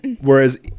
whereas